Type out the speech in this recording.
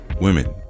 women